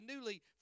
newly